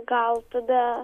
gal tada